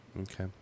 Okay